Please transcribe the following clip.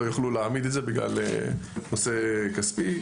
לא יוכלו להעמיד את זה בגלל נושא כספי.